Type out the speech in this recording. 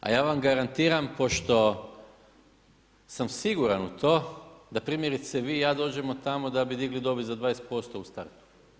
A ja vam garantiram, pošto sam siguran u to, da primjerice vi i ja dođemo tamo da bi digli dobit za 20% u startu.